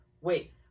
wait